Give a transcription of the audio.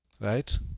right